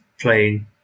playing